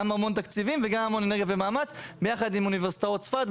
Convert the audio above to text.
גם המון תקציבים וגם המון אנרגיה ומאמץ ביחד עם אוניברסיטאות צפת,